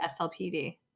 SLPD